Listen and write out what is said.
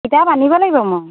কিতাপ আনিব লাগিব মই